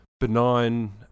benign